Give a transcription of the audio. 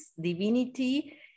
divinity